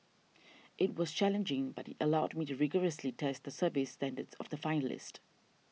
it was challenging but it allowed me to rigorously test the service standards of the finalist